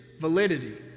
validity